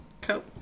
Cool